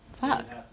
fuck